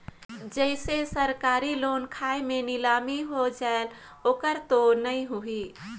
जैसे सरकारी लोन खाय मे नीलामी हो जायेल ओकर तो नइ होही?